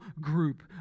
group